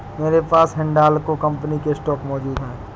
मेरे पास हिंडालको कंपनी के स्टॉक मौजूद है